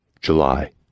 July